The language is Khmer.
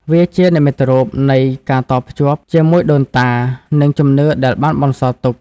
វាជានិមិត្តរូបនៃការតភ្ជាប់ជាមួយដូនតា និងជំនឿដែលបានបន្សល់ទុក។